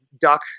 duck